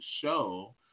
show